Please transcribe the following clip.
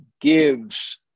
gives